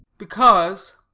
because,